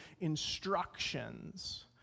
instructions